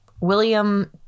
William